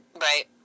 Right